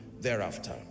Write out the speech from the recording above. thereafter